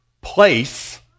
place